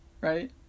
right